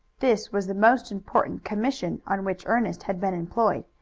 this was the most important commission on which ernest had been employed,